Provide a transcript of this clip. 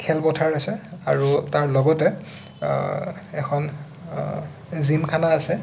খেলপথাৰ আছে আৰু তাৰ লগতে এখন জিম খানা আছে